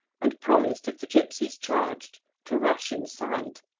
and promised if the gipsies charged to rush inside.